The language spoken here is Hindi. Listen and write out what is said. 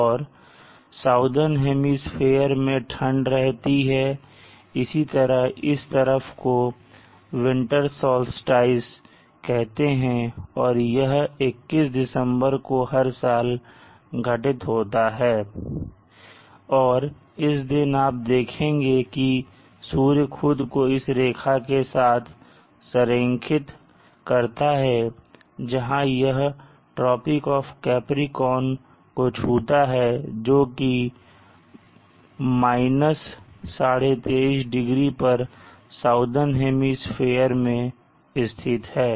और साउदर्न हेमिस्फीयर में ठंड रहती है इसी तरह इस तरफ को winter solstice कहते हैं और यह 21 दिसंबर को हर साल घटित होता है और इस दिन आप देखेंगे की सूर्य खुद को इस रेखा के साथ संरेखित करता है जहां यह ट्रॉपिक ऑफ़ कैप्रीकॉर्न को छूता है जो कि 2312degree पर साउदर्न हेमिस्फीयर में स्थित है